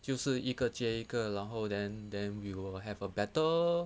就是一个接一个然后 then then we will have a better